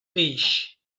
page